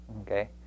okay